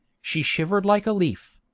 she shivered like a leaf.